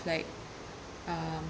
like uh